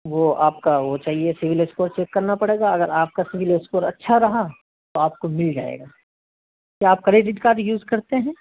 وہ آپ کا وہ چاہیے سول اسکور چیک کرنا پڑے گا اگر آپ کا سول اسکور اچھا رہا تو آپ کو مل جائے گا تو آپ کریڈٹ کارڈ یوز کرتے ہیں